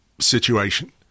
situation